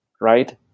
right